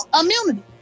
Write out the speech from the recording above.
immunity